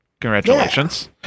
Congratulations